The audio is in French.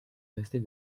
restée